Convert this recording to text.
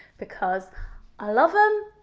because i love them,